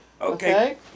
Okay